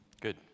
Good